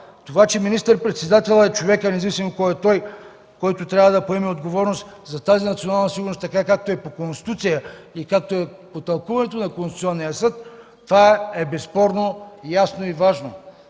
Това, че министър-председателят, независимо кой е той, е човекът, който трябва да поеме отговорност за националната сигурност, както е по Конституция и както е по тълкуването на Конституционния съд, това е безспорно ясно и важно.